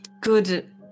good